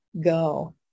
go